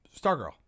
Stargirl